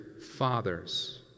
fathers